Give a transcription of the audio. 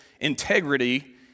Integrity